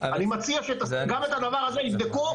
אני מציע שגם את הדבר הזה יבדקו,